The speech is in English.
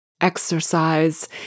exercise